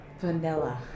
vanilla